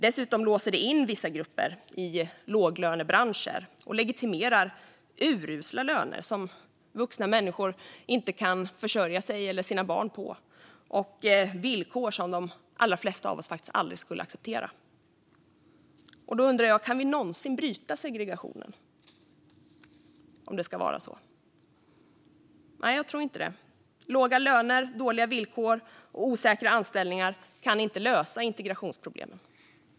Dessutom låser det in vissa grupper i låglönebranscher och legitimerar urusla löner som vuxna människor inte kan försörja sig och sina barn på och villkor som de flesta av oss aldrig skulle acceptera. Går det någonsin att bryta segregationen så? Nej, jag tror inte det. Låga löner, dåliga villkor och osäkra anställningar kan inte lösa integrationsproblemen.